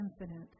infinite